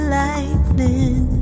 lightning